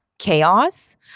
chaos